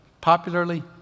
popularly